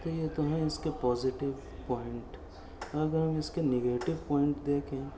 تو یہ تو ہیں اس کے پازیٹو پوائنٹ اب ہم اس کے نگیٹو پوائنٹ دیکھیں